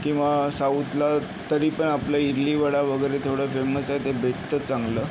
किंवा साऊथला तरी पण आपलं इडली वडा वगैरे थोडं फेमस आहे ते भेटतं चांगलं